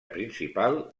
principal